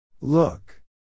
Look